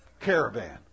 caravan